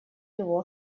его